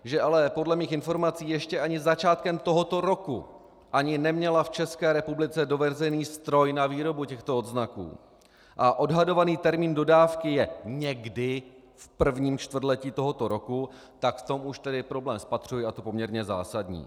Že ale podle mých informací ještě ani začátkem tohoto roku ani neměla v České republice dovezený stroj na výrobu těchto odznaků a odhadovaný termín dodávky je někdy v prvním čtvrtletí tohoto roku, tak v tom už tedy problém spatřuji, a to poměrně zásadní.